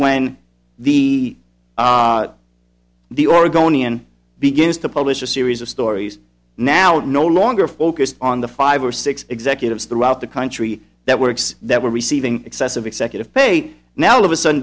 when the the oregonian begins to publish a series of stories now it no longer focused on the five or six executives throughout the country that works that were receiving excessive executive pay now all of a sudden